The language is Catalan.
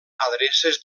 adreces